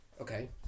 Okay